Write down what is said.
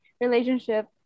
relationship